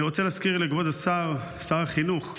אני רוצה להזכיר לכבוד השר, שר החינוך,